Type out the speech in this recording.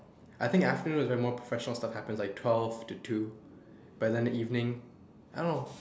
I think afternoon is where more professional stuff happens like twelve to two by then the evening I don't know